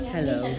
Hello